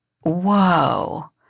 whoa